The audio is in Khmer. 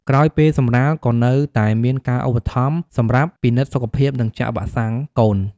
ក្រោយពេលសម្រាល ក៏នៅតែមានការឧបត្ថម្ភសម្រាប់ពិនិត្យសុខភាពនិងចាក់វ៉ាក់សាំងកូន។